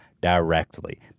directly